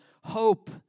hope